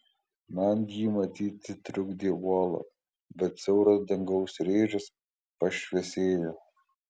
man jį matyti trukdė uolos bet siauras dangaus rėžis pašviesėjo